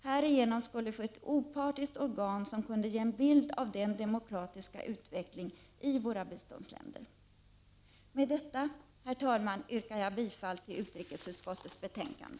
Härigenom skulle vi få ett opartiskt organ som kunde ge en bild av den demokratiska utvecklingen i våra biståndsländer. Med detta, herr talman, yrkar jag bifall till hemställan i utrikesutskottets betänkande.